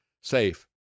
safe